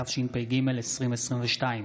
התשפ"ג 2022,